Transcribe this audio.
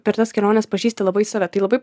per tas keliones pažįsti labai save tai labai